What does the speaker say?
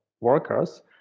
workers